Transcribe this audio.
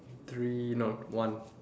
three not one